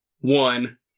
one